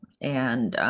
and,